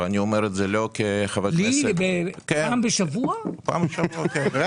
אמרת שתבואו חשבון או